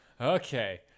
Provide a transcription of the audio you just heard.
okay